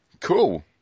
cool